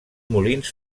molins